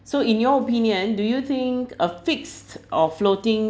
so in your opinion do you think a fixed or floating